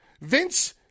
Vince